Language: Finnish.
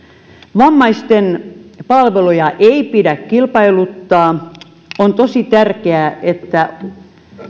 vammaisten palveluja ei pidä kilpailuttaa on tosi tärkeää että